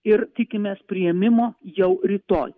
ir tikimės priėmimo jau rytoj